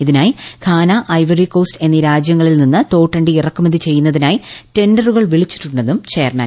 ഇതിനായി Ghana Ivory Coast എന്നീ രാജ്യങ്ങളിൽ നിന്ന് തോട്ടണ്ടി ഇറക്കുമതി ചെയ്യുന്നതിനായി ടെൻണ്ടറുകൾ വിളിച്ചിട്ടുണ്ടെന്നും ചെയർമാൻ വ്യക്തമാക്കി